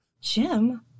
Jim